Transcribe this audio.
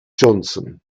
johnson